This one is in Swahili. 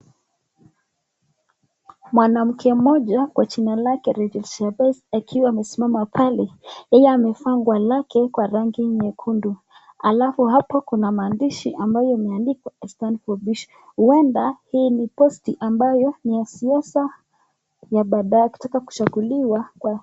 Mwanamke mmoja kwa jina lake Rachel Shebesh, akiwa amesimama pale. Yeye amevaa nguo lake kwa rangi nyekundu, alafu hapo kuna maandishi ambayo imeandikwa i stand for peace ,huenda hii ni posti ambayo ya siasa ya badae, akitaka kuchaguliwa kuwa.